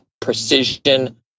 precision